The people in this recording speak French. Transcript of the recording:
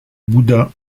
bouddha